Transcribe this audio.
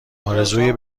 آرزوی